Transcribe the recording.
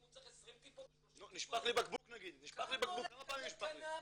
הוא צריך 20 טיפות או 30 טיפות --- כמה עולה לגדל לקנאביס,